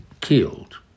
killed